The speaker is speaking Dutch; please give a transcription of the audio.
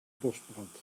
bosbrand